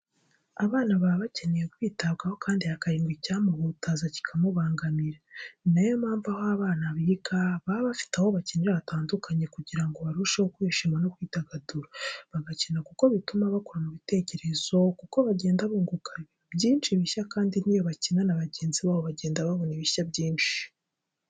Abana baba bakeneye kwitabwaho kandi hakirindwa icyamuhutaza kikamubangamira. Ni na yo mpamvu aho abana biga baba bafite aho bakinira hatandukanye kugira ngo barusheho kwishima no kwidagadura bagakina kuko bituma bakura no mu bitekerezo kuko bagenda bunguka ibintu bishya kandi n'iyo bakina na bagenzi babo bagenda babona ibishya byinshi.